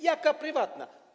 Jaka prywatna?